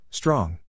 Strong